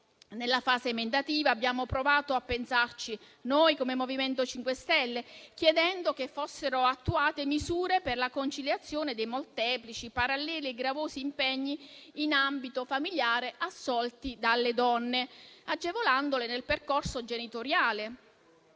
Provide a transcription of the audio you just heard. Nella fase emendativa abbiamo provato a pensarci noi, come MoVimento 5 Stelle, chiedendo che fossero attuate misure per la conciliazione dei molteplici, paralleli e gravosi impegni in ambito familiare assolti dalle donne, agevolandole nel percorso genitoriale.